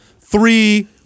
three